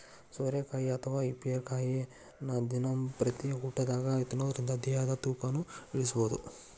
ಸೋರೆಕಾಯಿ ಅಥವಾ ತಿಪ್ಪಿರಿಕಾಯಿ ದಿನಂಪ್ರತಿ ಊಟದಾಗ ತಿನ್ನೋದರಿಂದ ದೇಹದ ತೂಕನು ಇಳಿಸಬಹುದು